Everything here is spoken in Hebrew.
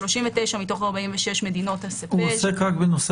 ב-39 מתוך 46 מדינות- -- הוא עוסק רק בנושא